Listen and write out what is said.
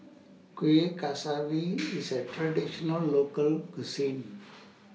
Kueh Kaswi IS A Traditional Local Cuisine